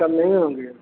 कम नहीं होंगे